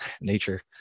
Nature